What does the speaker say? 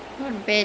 that's like